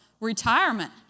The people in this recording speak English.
Retirement